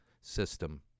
system